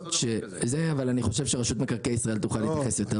אני חושב שרשות מקרקעי ישראל תוכל להתייחס יותר טוב.